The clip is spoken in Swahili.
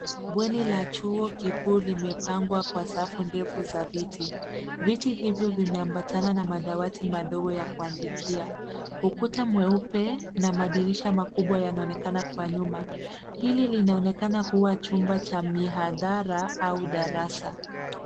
Bweni ya chuo kikiuu imepangwa kwa safu ndefu za viti. Vitu hivyo vimeambatana na madawati madogo ya kuandikia. Ukuta mweupe na madirisha makubwa yanaonekana kwa nyuma. Hili linaonekana kuwa chumba cha mihadhara au darasa.